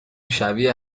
شبیه